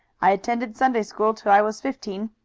i attended sunday-school till i was fifteen.